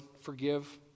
Forgive